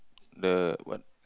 the what